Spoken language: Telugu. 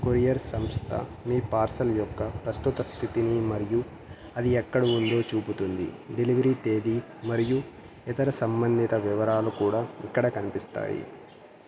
కొరియర్ సంస్థ మీ పార్సల్ యొక్క ప్రస్తుత స్థితిని మరియు అది ఎక్కడ ఉందో చూపుతుంది డెలివరీ తేదీ మరియు ఇతర సంబంధిత వివరాలు కూడా ఇక్కడ కనిపిస్తాయి